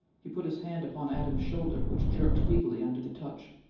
he put his hand upon adams's shoulder, which jerked feebly under the touch.